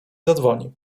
zadzwoni